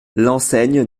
l’enseigne